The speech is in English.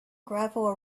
gravel